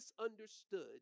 misunderstood